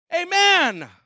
Amen